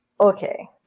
Okay